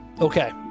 Okay